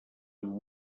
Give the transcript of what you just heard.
amb